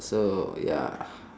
so ya